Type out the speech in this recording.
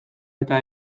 eta